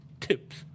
tips